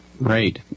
Right